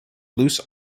loose